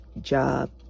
job